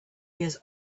years